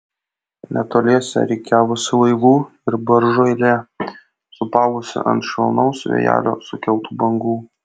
netoliese rikiavosi laivų ir baržų eilė sūpavosi ant švelnaus vėjelio sukeltų bangų